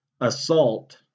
assault